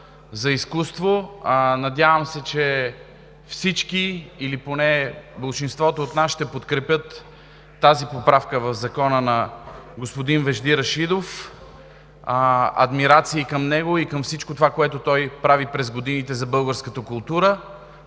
за изкуство. Надявам се, че всички, или поне болшинството от нас, ще подкрепят поправката на господин Вежди Рашидов в Закона. Адмирации към него и към всичко това, което прави през годините за българската култура.